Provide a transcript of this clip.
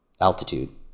Altitude